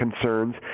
concerns